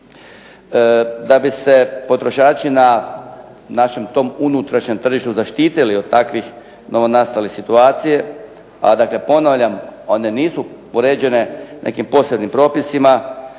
Da bi se potrošači na našem tom unutrašnjem tržištu zaštitili od takve novonastale situacije, a dakle ponavljam one nisu uređene nekim posebnim propisima,